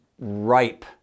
ripe